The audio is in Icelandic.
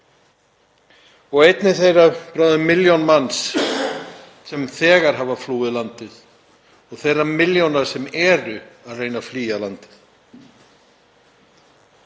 og einnig þeirri bráðum milljón manns sem þegar hafa flúið landið, þeim milljónum sem eru að reyna að flýja landið.